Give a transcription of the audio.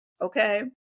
Okay